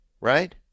right